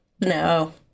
No